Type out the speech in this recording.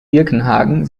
birkenhagen